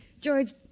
George